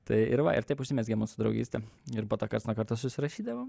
tai ir va ir taip užsimezgė mūsų draugystė ir po to karts nuo karto susirašydavom